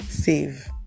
save